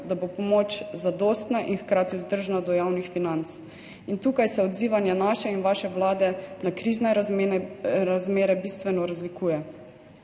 da bo pomoč zadostna in hkrati vzdržna do javnih financ. Tukaj se odzivanje naše in vaše vlade na krizne razmere bistveno razlikuje.